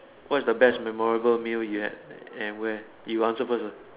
what is the best memorable meal you had and where you answer first uh